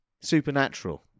Supernatural